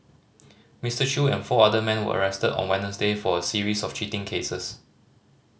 Mister Chew and four other men were arrested on Wednesday for a series of cheating cases